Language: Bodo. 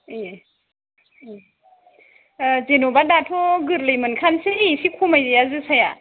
ए जेनेबा दाथ' गोरलै मोनखानोसै एसे खमायजाया जोसाया